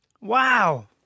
Wow